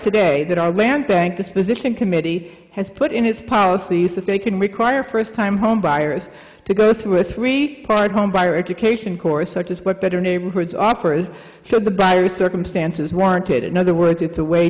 today that our land bank disposition committee has put in its policies that they can require first time homebuyers to go through a three part homebuyer education course such as what better neighborhood to offer and so the battery circumstances warranted in other words it's a way